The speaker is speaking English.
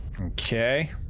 Okay